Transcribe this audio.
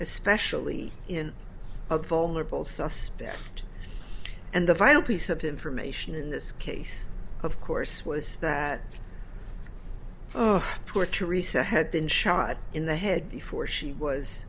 especially in a vulnerable suspect and the vital piece of information in this case of course was that poor teresa had been shot in the head before she was